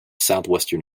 southwestern